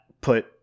put